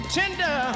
tender